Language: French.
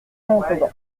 montauban